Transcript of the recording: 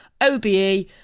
OBE